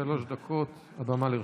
שלוש דקות, הבמה לרשותך.